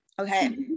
Okay